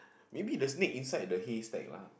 maybe the snake inside the haystack lah